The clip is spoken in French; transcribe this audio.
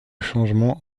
changements